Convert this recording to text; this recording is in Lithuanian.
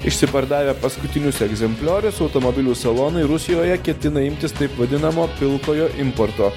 išsipardavę paskutinius egzempliorius automobilių salonai rusijoje ketina imtis taip vadinamo pilkojo importo